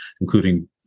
including